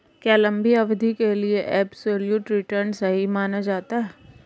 क्या लंबी अवधि के लिए एबसोल्यूट रिटर्न सही माना जाता है?